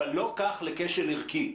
אבל לא כך לגבי כשל ערכי.